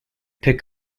pick